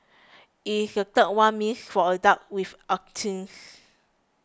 it is the third one means for adults with autism